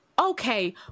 okay